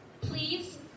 please